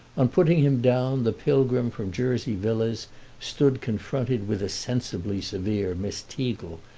on putting him down the pilgrim from jersey villas stood confronted with a sensibly severe miss teagle,